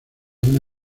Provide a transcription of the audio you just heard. una